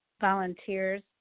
volunteers